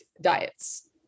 diets